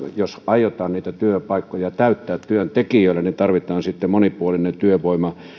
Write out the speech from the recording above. jos aiotaan niitä työpaikkoja täyttää työntekijöillä niin tietysti tarvitaan monipuolinen työvoima ja